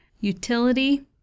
utility